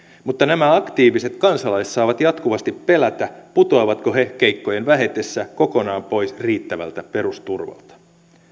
mutta nämä aktiiviset kansalaiset saavat jatkuvasti pelätä putoavatko he keikkojen vähetessä kokonaan riittävältä perusturvalta